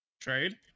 Trade